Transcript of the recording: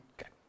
Okay